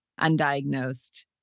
undiagnosed